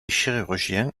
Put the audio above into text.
chirurgien